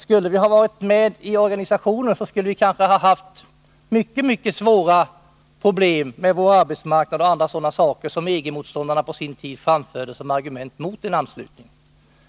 Skulle vi ha varit med i organisationen, hade vi kanske haft mycket svårare problem med vår arbetsmarknad och andra sådana saker, som EG-motståndarna på sin tid framförde som argument mot en anslutning.